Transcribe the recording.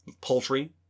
poultry